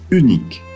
unique